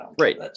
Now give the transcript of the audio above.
Right